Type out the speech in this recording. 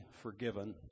forgiven